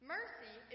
Mercy